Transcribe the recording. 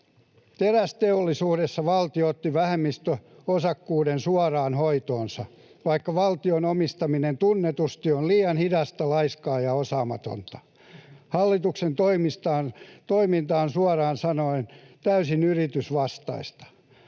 Terästeollisuudessa valtio otti vähemmistöosakkuuden suoraan hoitoonsa, vaikka valtion omistaminen tunnetusti on liian hidasta, laiskaa ja osaamatonta. Hallituksen toiminta on suoraan sanoen täysin yritysvastaista.